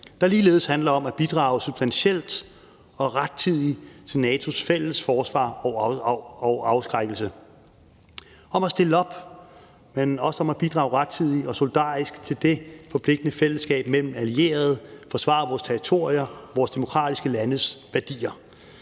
der ligeledes handler om at bidrage substantielt og rettidigt til NATO's fælles forsvar og afskrækkelse, om at stille op, men også om at bidrage rettidigt og solidarisk til det forpligtende fællesskab mellem allierede, forsvare vores territorier, vores demokratiske landes værdier.